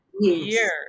years